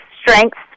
strengths